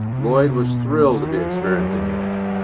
lloyd was thrilled to be experiencing this.